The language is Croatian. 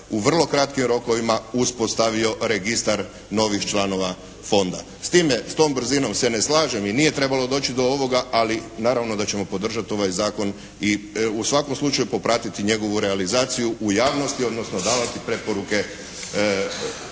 u vrlo kratkim rokovima uspostavio registar novih članova fonda. S time, s tom brzinom se ne slažem i nije trebalo doći do ovoga ali naravno da ćemo podržati ovaj zakon i u svakom slučaju popratiti njegovu realizaciju u javnosti odnosno davati preporuke